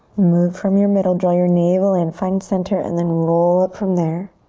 move from your middle, draw your navel in. find center and then roll up from there.